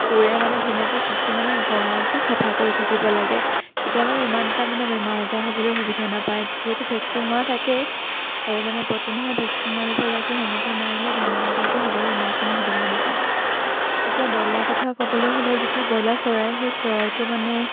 কোৰে মানে ধুনীয়াকে চুঁচি মানে গঁৰালটো চাফা কৰি থাকিব লাগে তেতিয়া মানে ইমান এটা মানে বেমাৰ আজাৰ হ'বলৈ সুবিধা নাপায় যিহেতু ভেকচিন মৰা থাকেই আৰু মানে প্ৰতিমাহে ভেকচিন মাৰিব লাগে সেনেকে মাৰিলে বেমাৰ আজাৰটো হ'বলৈ ইমানখিনি সুবিধা নাপায় এতিয়া ব্ৰইলাৰৰ কথা ক'বলৈ হ'লে যিটো ব্ৰইলাৰ চৰাই সেই চৰাইটো মানে